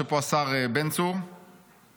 יושב פה השר בן צור מש"ס,